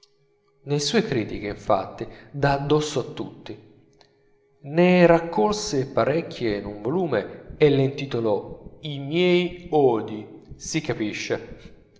nelle sue critiche infatti dà addosso a tutti ne raccolse parecchie in un volume e le intitolò i miei odii si capisce